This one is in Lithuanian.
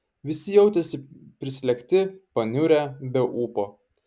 visi jautėsi prislėgti paniurę be ūpo